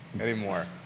anymore